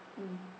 mm